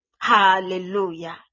Hallelujah